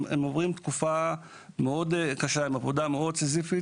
וזה לא נופל על הלשכות.